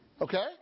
Okay